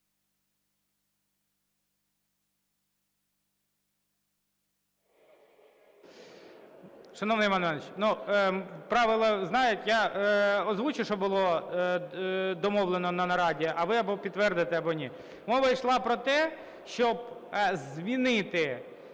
Шановний Іван Іванович, правила знають. Я озвучу, що було домовлено на нараді, а ви або підтвердите, або ні. Мова йшла про те, щоб змінити